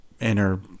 inner